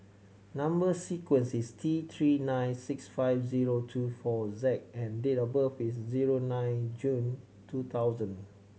number sequence is T Three nine six five zero two four Z and date of birth is zero nine June two thousand